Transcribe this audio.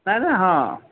ନାଇଁ ନାଇଁ ହଁ